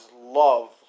love